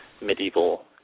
medieval